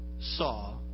saw